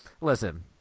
listen